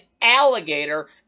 alligator